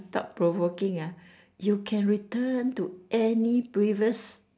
thought provoking ah you can return to any previous